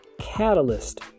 catalyst